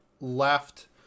left